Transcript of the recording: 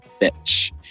Bitch